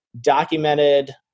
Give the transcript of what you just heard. documented